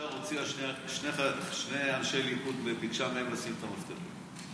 ישר הוציאה שני אנשי ליכוד וביקשה מהם לשים את המפתחות.